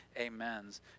amens